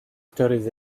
stories